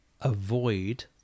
avoid